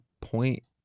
point